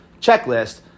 checklist